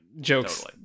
jokes